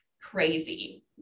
crazy